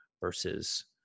versus